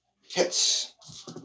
hits